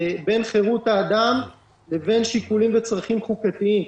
בין חירות האדם לבין שיקולים וצרכים חוקתיים.